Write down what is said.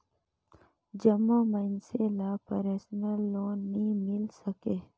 जम्मो मइनसे ल परसनल लोन नी मिल सके